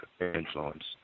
influence